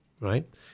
right